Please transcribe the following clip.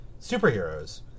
superheroes